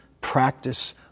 practice